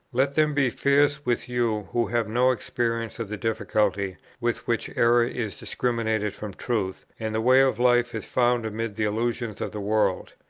let them be fierce with you who have no experience of the difficulty with which error is discriminated from truth, and the way of life is found amid the illusions of the world.